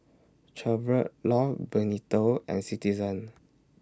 Chevrolet Love Bonito and Citizen